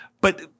but-